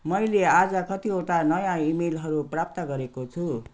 मैले आज कतिवटा नयाँ इमेलहरू प्राप्त गरेको छु